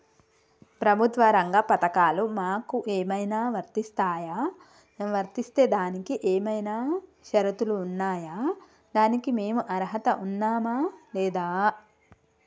ప్రభుత్వ రంగ పథకాలు మాకు ఏమైనా వర్తిస్తాయా? వర్తిస్తే దానికి ఏమైనా షరతులు ఉన్నాయా? దానికి మేము అర్హత ఉన్నామా లేదా?